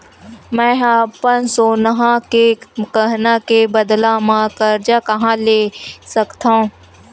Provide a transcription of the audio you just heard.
मेंहा अपन सोनहा के गहना के बदला मा कर्जा कहाँ ले सकथव?